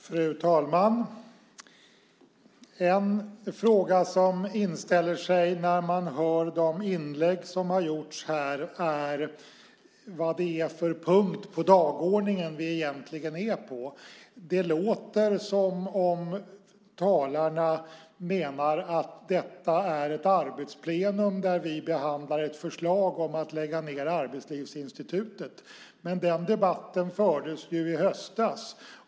Fru talman! En fråga som inställer sig när man hör de inlägg som har gjorts här är vilken punkt på dagordningen som vi egentligen är på. Det låter som om talarna menar att detta är ett arbetsplenum där vi behandlar ett förslag om att lägga ned Arbetslivsinstitutet. Men den debatten fördes ju i höstas.